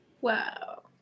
Wow